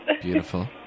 Beautiful